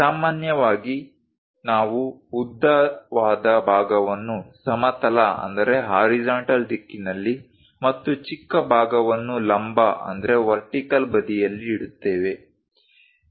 ಸಾಮಾನ್ಯವಾಗಿ ನಾವು ಉದ್ದವಾದ ಭಾಗವನ್ನು ಸಮತಲ ದಿಕ್ಕಿನಲ್ಲಿ ಮತ್ತು ಚಿಕ್ಕ ಭಾಗವನ್ನು ಲಂಬ ಬದಿಯಲ್ಲಿ ಇಡುತ್ತೇವೆ